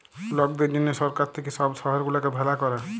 লকদের জনহ সরকার থাক্যে সব শহর গুলাকে ভালা ক্যরে